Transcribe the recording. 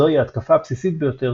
זוהי ההתקפה הבסיסית ביותר